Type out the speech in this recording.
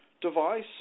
device